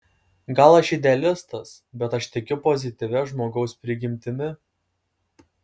gal aš idealistas bet aš tikiu pozityvia žmogaus prigimtimi